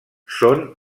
són